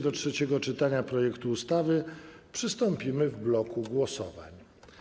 Do trzeciego czytania projektu ustawy przystąpimy w bloku głosowań.